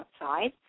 outside